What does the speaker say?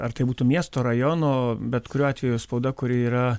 ar tai būtų miesto rajono bet kuriuo atveju spauda kuri yra